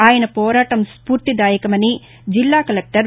ఆయన పోరాటం స్పూర్తిదాయకమని జిల్లా కలెక్టర్ వి